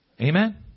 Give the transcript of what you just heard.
Amen